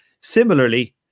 Similarly